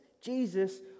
Jesus